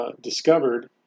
discovered